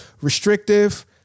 restrictive